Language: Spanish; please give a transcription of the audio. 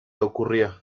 ocurría